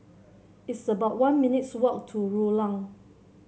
it's about one minutes' walk to Rulang